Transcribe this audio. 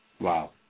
Wow